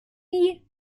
nie